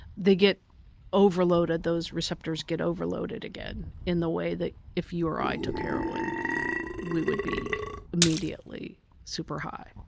they get overloaded, those receptors get overloaded again, in the way that if you or i took heroin we would be immediately super high.